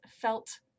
felt